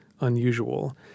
unusual